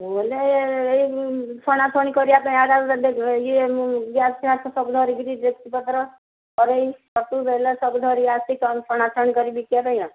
ମୁଁ ହେଲେ ଏଇ ଛଣାଶୁଣି କରିବା ପାଇଁ ଅର୍ଡ଼ର ଦେଲେ ଇଏ ଗ୍ୟାସ୍ଫ୍ୟାସ୍ ସବୁ ଧରିକିରି ଡେକ୍ଚି ପତ୍ର କରେଇ ଚଟୁ ବେଲା ସବୁ ଧରି ଆସି କ'ଣ ଛଣାଛୁଣି କରି ବିକିବା ପାଇଁ ଆଉ